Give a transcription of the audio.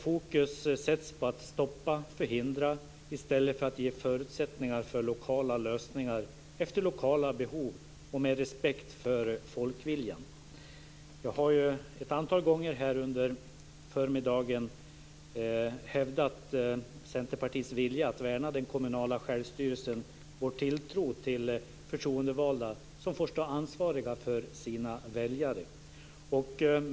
Fokus sätts på att stoppa och förhindra i stället för att ge förutsättningar för lokala lösningar efter lokala behov och med respekt för folkviljan. Jag har ett antal gånger här under förmiddagen hävdat Centerpartiets vilja att värna den kommunala självstyrelsen och vår tilltro till företroendevalda som får stå ansvariga för sina väljare.